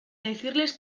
decirles